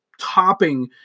topping